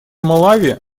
малави